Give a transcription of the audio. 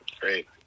great